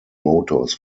motors